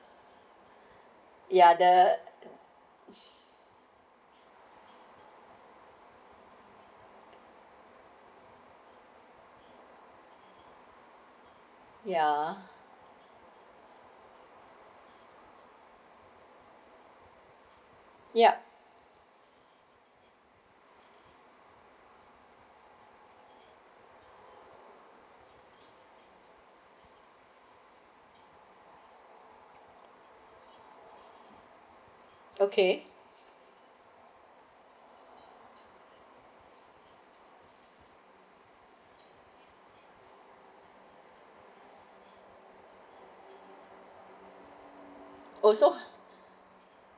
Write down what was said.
ya the ya yup okay also